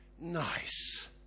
nice